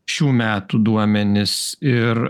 šių metų duomenis ir